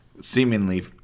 seemingly